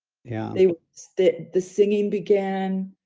yeah, they so did, the singing began,